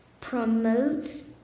promotes